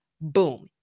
Boom